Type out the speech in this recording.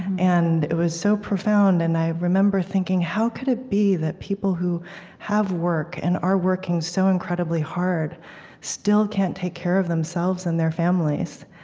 and it was so profound. and i remember thinking, how could it be that people who have work and are working so incredibly hard still can't take care of themselves and their families?